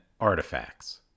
artifacts